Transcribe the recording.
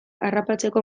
harrapatzeko